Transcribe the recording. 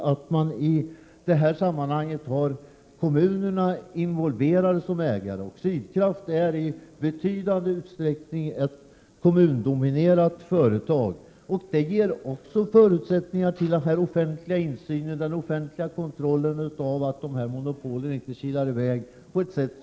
Jag menar att det är fullt rimligt att kommunerna är involverade som ägare i detta sammanhang. Sydkraft är i betydande utsträckning ett kommundominerat företag. Det ger förutsättningar för en offentlig insyn och kontroll. På det sättet undviker man en olämplig hantering i monopolhänseende.